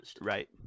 Right